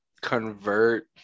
convert